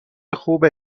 خوبه